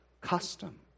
custom